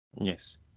Yes